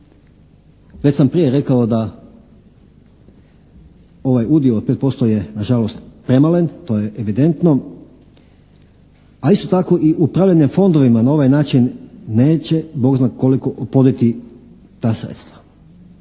Već sam prije rekao da ovaj udio od 5% je na žalost premalen, to je evidentno, a isto tako upravljanje fondovima na ovaj način neće Bog zna koliko oploditi ta sredstva.